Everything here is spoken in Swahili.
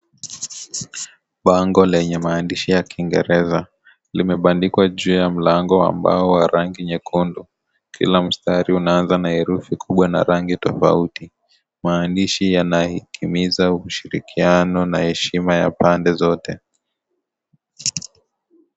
Bango lenye maandishi ya kiingereza limebandikwa juu ya mlango wa mbao wa rangi nyekundu. Kila mstari unaanza na herufi kubwa na rangi tofauti. Maandishi yanahimiza ushirikiano na heshima ya pande zote.